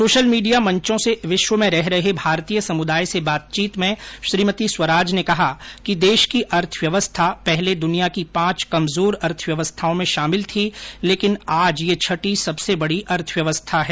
social media मंचों से विश्व में रह रहे भारतीय समुदाय से बातचीत में श्रीमती स्वराज ने कहा कि देश की अर्थव्यवस्था पहले दुनिया की पांच कमजोर अर्थव्यस्थाओं में शामिल थी लेकिन आज यह छठी सबसे बड़ी अर्थव्यवस्था है